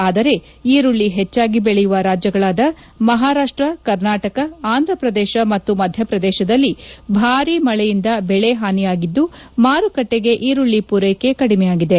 ಆದರೆ ಈರುಳ್ಳಿ ಹೆಚ್ಚಾಗಿ ಬೆಳೆಯುವ ರಾಜ್ಯಗಳಾದ ಮಹಾರಾಷ್ಟ ಕರ್ನಾಟಕ ಆಂಧ್ರಪ್ರದೇಶ ಮತ್ತು ಮಧ್ಯಪ್ರದೇಶದಲ್ಲಿ ಭಾರಿ ಮಳೆಯಿಂದ ಬೆಳೆ ಹಾನಿಯಾಗಿದ್ದು ಮಾರುಕಟ್ಟೆಗೆ ಈರುಳ್ಳಿ ಪೂರೈಕೆ ಕಡಿಮೆಯಾಗಿದೆ